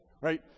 Right